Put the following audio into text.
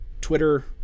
Twitter